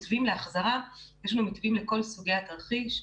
יש לנו מתווים לכל סוגי התרחיש.